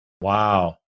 Wow